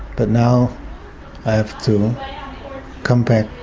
but now i have to come back